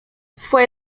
fue